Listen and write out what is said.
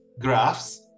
graphs